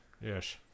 Yes